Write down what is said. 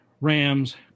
Rams